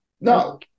No